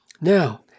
Now